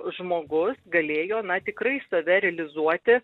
žmogus galėjo na tikrai save realizuoti